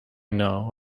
know